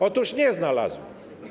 Otóż nie znalazła.